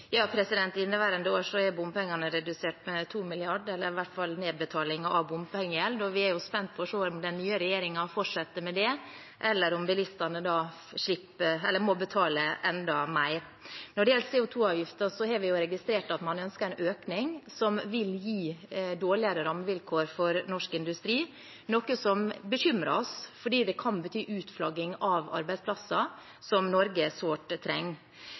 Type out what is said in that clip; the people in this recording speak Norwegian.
Inneværende år er bompengene redusert med 2 mrd. kr, eller i hvert fall nedbetalingen av bompengegjeld. Vi er spent på å se om den nye regjeringen fortsetter med det, eller om bilistene må betale enda mer. Når det gjelder CO 2 -avgiften, har vi registrert at man ønsker en økning, som vil gi dårligere rammevilkår for norsk industri. Det bekymrer oss fordi det kan bety utflagging av arbeidsplasser som Norge sårt trenger.